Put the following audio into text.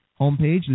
homepage